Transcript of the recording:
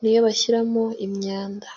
ni yo bashyiramo imyanda.